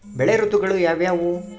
ಬೆಳೆ ಋತುಗಳು ಯಾವ್ಯಾವು?